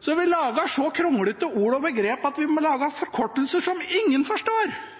Vi lager så kronglete ord og begreper at vi må lage forkortelser som ingen forstår,